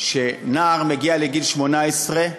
שכשנער מגיע לגיל 18,